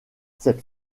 cette